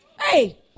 hey